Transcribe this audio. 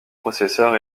processeurs